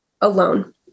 alone